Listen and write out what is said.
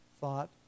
thought